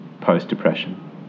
post-depression